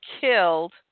killed